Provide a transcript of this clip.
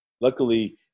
luckily